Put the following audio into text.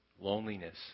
loneliness